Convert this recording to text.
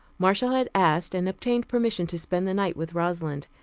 marcia had asked and obtained permission to spend the night with rosalind,